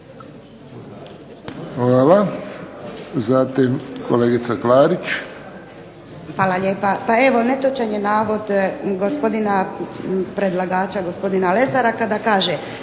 **Klarić, Nedjeljka (HDZ)** Hvala lijepa. Pa evo netočan je navod gospodina predlagača, gospodina Lesara kada kaže